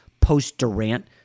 post-Durant